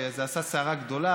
זה עשה סערה גדולה,